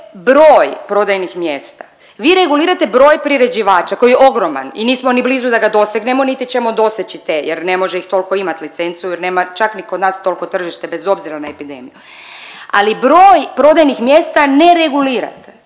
broj prodajnih mjesta, vi regulirate broj priređivača koji je ogroman i nismo ni blizu da ga dosegnemo, niti ćemo doseći te jer ne može ih toliko imat licencu jer nema čak ni kod nas tolko tržište bez obzira na epidemiju, ali broj prodajnih mjesta ne regulirate.